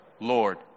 Lord